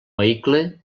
vehicle